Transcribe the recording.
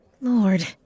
Lord